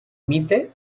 mite